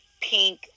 pink